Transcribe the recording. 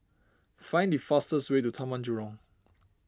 find the fastest way to Taman Jurong